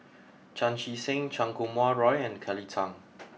Chan Chee Seng Chan Kum Wah Roy and Kelly Tang